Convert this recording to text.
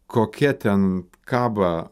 kokia ten kaba